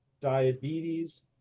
diabetes